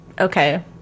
okay